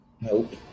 Nope